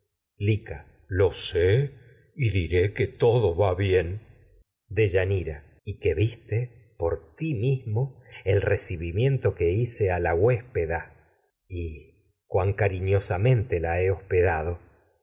lo sé y diré que todo va bien deyanira to y que viste por ti mismo el recibimien que hice a la huéspeda y cuán cariñosamente la he hospedado lica y tanto que mi corazón